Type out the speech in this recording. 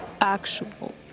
actual